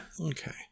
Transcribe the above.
Okay